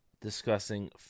discussing